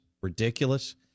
ridiculous